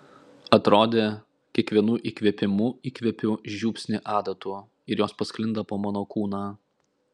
atrodė kiekvienu įkvėpimu įkvepiu žiupsnį adatų ir jos pasklinda po mano kūną